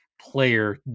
player